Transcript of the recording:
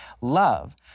love